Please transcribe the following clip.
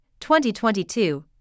2022